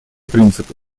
принципы